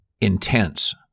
intense